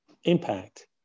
Impact